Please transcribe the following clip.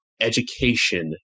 education